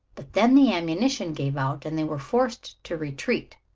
but then the ammunition gave out and they were forced to retreat,